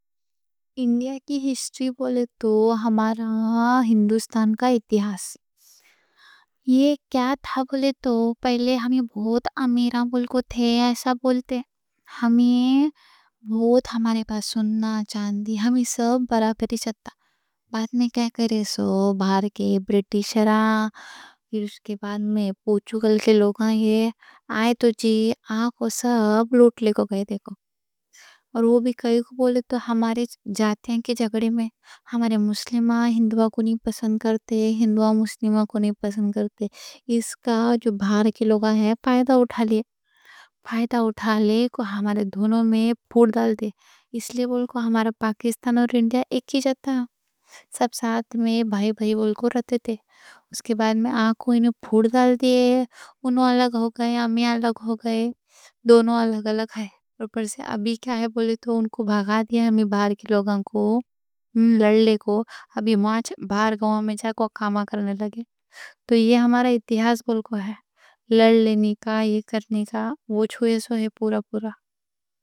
انڈیا کی ہسٹری بولے تو، ہمارا ہندوستان کا اتہاس یہ کیا تھا بولے تو پہلے ہم بہت امیراں بالکل تھے، ایسا بولتے۔ ہمارے پاس سونا چاندی، سب برابر تھا۔ بعد میں کیا کرے سو، باہر کے برٹش راج، پھر اس کے بعد میں پرتگالی لوگ آئے تو جی آ کے سب لوٹ لے کے گئے، دیکھو۔ اور وہ بھی کائیں کوں بولے تو، ہمارے جاتیاں کے جھگڑے میں ہمارے مسلمان ہندو کو نہیں پسند کرتے، ہندو مسلمان کو نہیں پسند کرتے۔ اس کا جو باہر کے لوگاں ہیں فائدہ اٹھا لیے، فائدہ اٹھا لے کو ہمارے دونوں میں پھوٹ ڈال دیے۔ اس لئے بولکو ہمارا پاکستان اور انڈیا ایک ہی تھا، سب ساتھ میں بھائی بھائی بولکو رہتے تھے۔ اس کے بعد میں انہوں پھوٹ ڈال دیے، انوں الگ ہو گئے، ہم الگ ہو گئے، دونوں الگ الگ ہے۔ اور پھر سے ابھی کیا ہے بولے تو ان کو بھگا دیا، ہم باہر کے لوگاں کوں لڑ لے کو۔ ابھی باہر گاؤں میں جا کے کام کرنے لگے۔ تو یہ ہمارا اتہاس بولکو ہے، لڑ لینے کا، یہ کرنے کا، وہ چھوے سوہے، پورا پورا۔